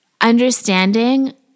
understanding